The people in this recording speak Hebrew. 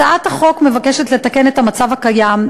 הצעת החוק מבקשת לתקן את המצב הקיים,